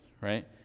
right